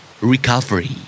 Recovery